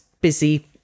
busy